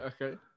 Okay